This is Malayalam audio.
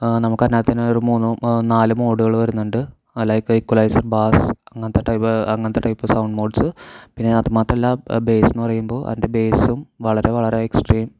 ആ നമുക്ക് അതിനകത്ത് തന്നെ ഒരു മൂന്ന് നാല് മോഡുകൾ വരുന്നുണ്ട് ലൈക്ക് ഈക്വലൈസർ ബാസ്സ് അങ്ങനത്തെ ടൈപ്പ് അങ്ങനത്തെ ടൈപ്പ് സൗണ്ട് മോഡ്സ് പിന്നെ അത് മാത്രമല്ല ബേസ് എന്നു പറയുമ്പോൾ അതിൻ്റെ ബേസും വളരെ വളരെ എക്സ്ട്രീമ്